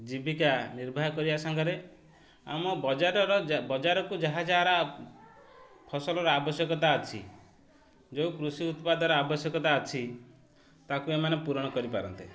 ଜୀବିକା ନିର୍ବାହ କରିବା ସାଙ୍ଗରେ ଆମ ବଜାରର ବଜାରକୁ ଯାହା ଯାହାର ଫସଲର ଆବଶ୍ୟକତା ଅଛି ଯେଉଁ କୃଷି ଉତ୍ପାଦର ଆବଶ୍ୟକତା ଅଛି ତା'କୁ ଏମାନେ ପୂରଣ କରିପାରନ୍ତେ